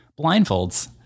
blindfolds